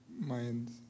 mind